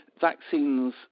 vaccines